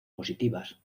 positivas